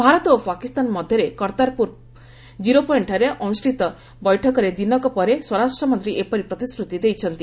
ଭାରତ ଓ ପାକିସ୍ତାନ ମଧ୍ୟରେ କର୍ତ୍ତାରପୁର ପଏଣ୍ଟଠାରେ ଆନୁଷ୍ଠିକ ବୈଠକର ଦିନକ ପରେ ସ୍ୱରାଷ୍ଟ୍ର ମନ୍ତ୍ରୀ ଏପରି ପ୍ରତିଶ୍ରତି ଦେଇଛନ୍ତି